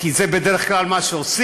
כי זה בדרך כלל מה שעושים,